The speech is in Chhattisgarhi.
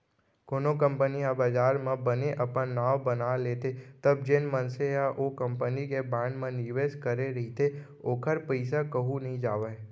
कोनो कंपनी ह बजार म बने अपन नांव बना लेथे तब जेन मनसे ह ओ कंपनी के बांड म निवेस करे रहिथे ओखर पइसा कहूँ नइ जावय